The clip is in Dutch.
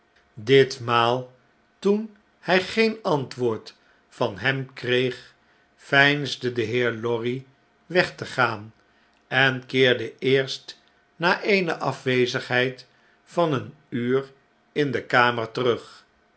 ditmaal toen hy geen antwoord van hem kreeg veinsde de heer lorry weg te gaan en keerde eerst na eene afwezigheid van een uur in de kamer terug